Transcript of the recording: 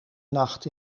nacht